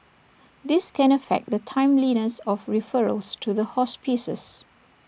this can affect the timeliness of referrals to hospices